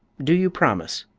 do you promise?